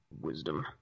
wisdom